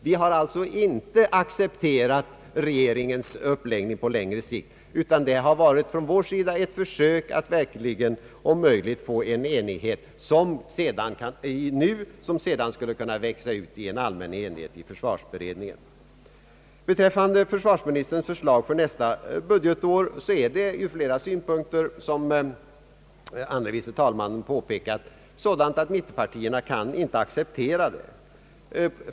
Vi har alltså inte accepterat regeringens uppläggning på längre sikt, utan vi har endast försökt att om möjligt nu få till stånd en enighet i denna sak; en enighet som sedan kunde växa ut till en allmän enighet i försvarsberedningen. Försvarsministerns förslag för nästa budgetår är ur flera synpunkter — såsom andre vice talmannen påpekade — sådant att mittenpartierna inte kan acceptera det.